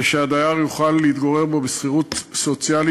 כדי שהדייר יוכל להתגורר בה בשכירות סוציאלית